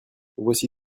voici